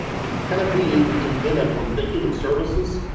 and kind of being inventive when thinking of services.